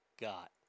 got